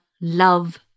love